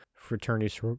fraternity